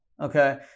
Okay